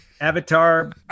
avatar